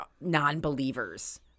non-believers